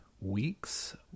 weeks